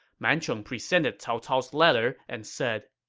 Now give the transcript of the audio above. man chong presented cao cao's letter and said,